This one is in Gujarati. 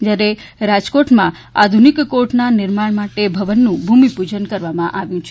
જ્યારે રાજકોટમાં આધુનિક કોર્ટના નિર્માણ માટે ભવનનું ભૂમિપૂજન કરવામાં આવ્યું છે